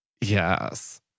Yes